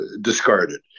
discarded